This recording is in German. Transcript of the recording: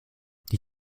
die